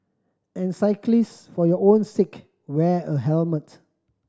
and cyclist for your own sake wear a helmet